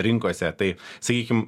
rinkose tai sakykim